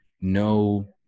no